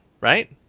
right